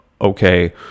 okay